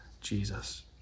Jesus